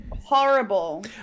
horrible